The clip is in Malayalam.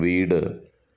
വീട്